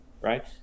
right